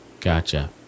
Gotcha